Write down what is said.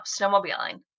snowmobiling